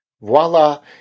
Voila